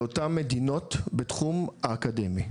של אותם מדינות בתחום האקדמי,